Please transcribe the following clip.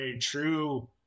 true